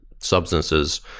substances